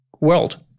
world